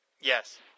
Yes